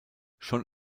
schon